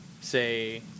Say